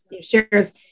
shares